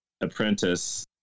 apprentice